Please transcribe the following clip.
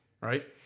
right